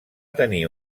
tenir